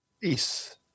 Peace